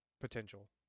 Potential